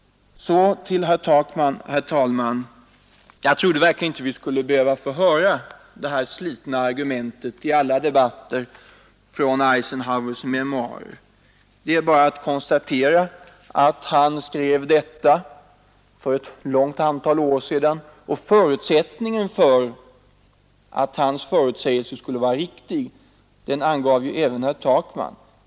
Jag trodde verkligen inte, herr Takman, att vi skulle behöva få höra det där slitna argumentet om Eisenhowers memoarer. Det är bara att konstatera att han skrev dessa för många år sedan. Förutsättningen för att hans förutsägelse skulle vara riktig angav även herr Takman.